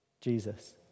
Jesus